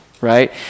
right